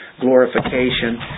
glorification